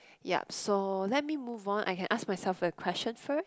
yup so let me move on I can ask myself for a question first